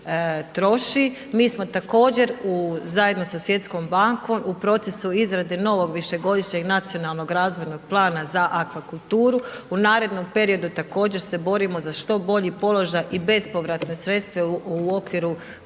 Mi smo također zajedno sa Svjetskom bankom u procesu izrade novog višegodišnjeg nacionalnog razvojnog plana za Akvakulturu u narodnom periodu također se borimo za što bolji položaj i bespovratna sredstva u okviru pregovora